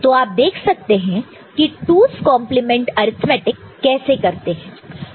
तो आप देख सकते हैं की 2's complement arithmetic 2's complement arithmetic कैसे करते हैं